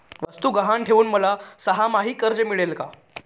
वस्तू गहाण ठेवून मला सहामाही कर्ज मिळेल का?